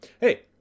Hey